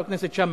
חבר הכנסת שאמה.